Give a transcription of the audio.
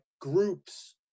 groups